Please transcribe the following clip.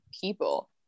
people